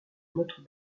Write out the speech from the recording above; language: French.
notre